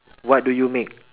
what do you make